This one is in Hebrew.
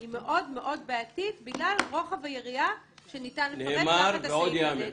היא מאוד-מאוד בעייתית בגלל רוחב היריעה שניתן לפרש תחת הסעיף הזה.